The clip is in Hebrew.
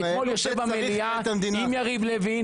ואתמול הוא יושב במליאה עם יריב לוין,